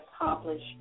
accomplish